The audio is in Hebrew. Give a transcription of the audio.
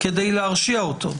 כדי להרשיע אותו.